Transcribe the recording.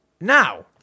Now